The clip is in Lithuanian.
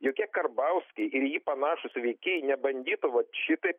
jokie karbauskiai ir į jį panašūs veikėjai nebandytų vat šitaip